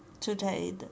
today